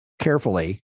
carefully